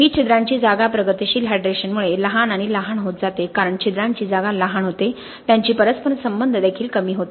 ही छिद्रांची जागा प्रगतीशील हायड्रेशनमुळे लहान आणि लहान होत जाते कारण छिद्रांची जागा लहान होते त्यांची परस्परसंबंध देखील कमी होते